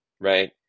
Right